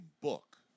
book